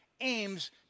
aims